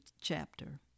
chapter